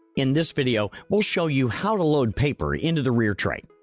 in this video, we'll show you how to load paper into the rear tray.